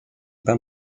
bain